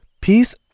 peace